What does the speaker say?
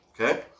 Okay